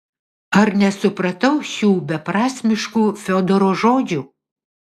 ar nesupratau šių beprasmiškų fiodoro žodžių